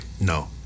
No